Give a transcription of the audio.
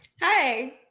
Hi